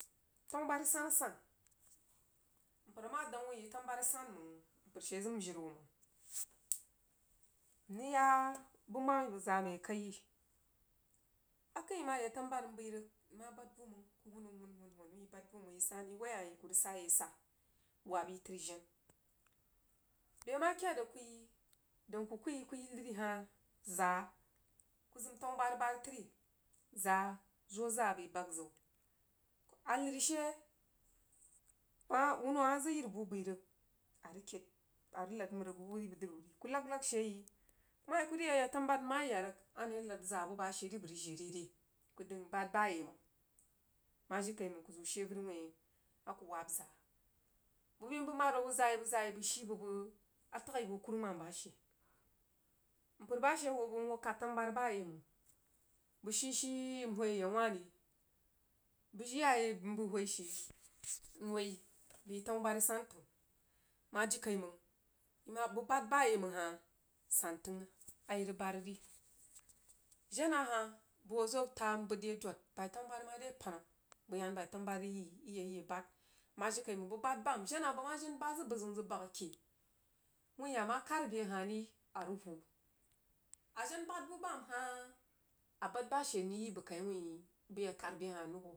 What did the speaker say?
Tanubari san-asan mpər mah dang wuh yi tanubari san mang mpər she zəm jiri wuh mang mrig yah buh mammi bəg zaa mai akəi a kəin yo mah yag yanubari mbəi rig nmah bad buh mang kuh hun nou hun hun hun wui yi bad buh mang yi sane yi woi hah yi kuh rig sah yi asah waab yi tri jen beh mah kəd rig kuh yi daun kuku yi lər hah zaa kuh lər zəm buh bari təri zaa zoh zaa bai bag ziu kuh a lər zəm buh bari təri zaa zoh zaa bai bag ziu kuh a lar she bəg mah wuno mah zəg yirī buh bəi rig a rug kəid a rig lad məri buh bəg dri wuh ri kuh lag lag she yi kuh mah yi kuh rig yah yag tanu bubari nmah yah yadrig ane rig lad zaa bubah she ri kuh rig jeh re re? Kuh zəg nbad bayaimang mah jirikaimang kuh zəu she averi whuin a kuh wahb zaa bəg bəi mbəi mahd bəg zaa yi bəg zaa yi bəi shu bubəg atangha buh kuruman bashe mpər ba she hwo bəg mhoo khad a tanububari bayaimang bəg shii shii mboī a yau wah ri bəg iyaye bəi nbəi hoi she nwoi bəi tanu bari santəng mah jiri kaimang yi mah bəg bahd bayai mang hah san təing a yi rig bahd ri jenah hah bəg hoo zoh tah nbəd yi adod bai tenu bari mare panah bəg yan bai tanubari rig yəg yi, ti yag iyah bahd mah jirikaimang bəg bahd bam jenah bəg mah jen bahd zəg buh zəun nzəg bahg ake wuin a mah kahd abe hah ri a rig hun a jen bahd buh bam hah a bahd ba she mrig yi bəg kai wuin bai a kahd beh hah mrig huu.